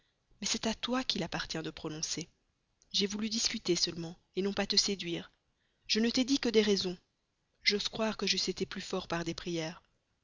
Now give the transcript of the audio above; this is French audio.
mais c'est à toi qu'il appartient de prononcer j'ai voulu discuter seulement non pas te séduire je ne t'ai dit que des raisons j'ose croire que j'eusse été plus fort par des prières